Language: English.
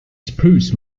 spruce